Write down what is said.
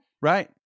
Right